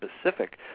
specific